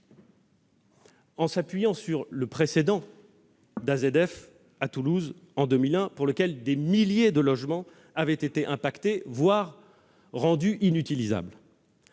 en s'appuyant sur le précédent d'AZF à Toulouse en 2001 : des milliers de logements avaient alors été affectés, voire rendus inutilisables.